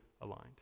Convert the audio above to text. aligned